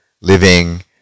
living